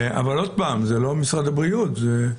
אבל זה לא משרד הבריאות.